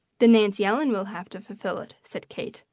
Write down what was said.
then nancy ellen will have to fulfill it, said kate.